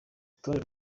urutonde